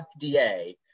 FDA